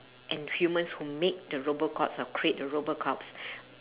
and humans who make the robot cops or create the robot cops